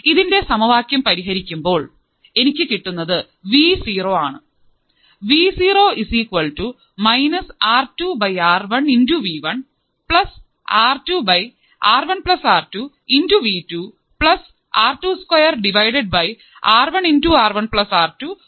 ഇതിൻറെ സമവാക്യം പരിഹരിക്കുമ്പോൾ എനിക്ക് കിട്ടുന്നത് വി സീറോ ആണ്